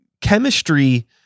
chemistry